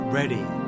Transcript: ready